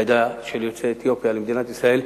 העדה של יוצאי אתיופיה למדינת ישראל,